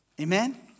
Amen